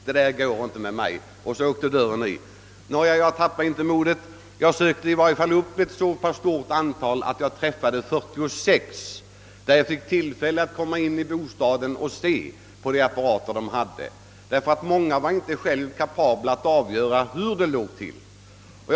Det går inte med mig!» Och så smälldes dörren igen. Nå, jag tappade inte modet utan träffade ändå ett så stort antal pensionärer som 46. Jag fick komma in i deras lägenheter och se närmare på deras apparater. Många av pensionärerna var inte själva kapabla att avgöra vad apparaterna gick för.